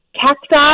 Cacti